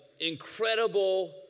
Incredible